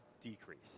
decrease